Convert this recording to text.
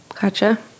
Gotcha